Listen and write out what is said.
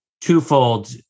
twofold